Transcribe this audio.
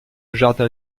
jardin